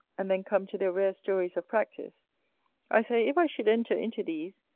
and then come to their rare stories of practice i say, if i should enter into these,